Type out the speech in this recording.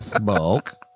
Bulk